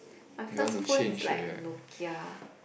my first phone is like Nokia